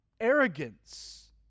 arrogance